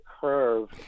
curve